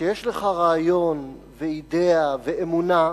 כשיש לך רעיון, אידיאה ואמונה,